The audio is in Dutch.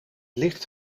licht